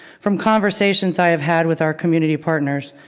from conversations i've had with our community partners,